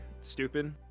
stupid